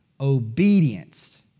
obedience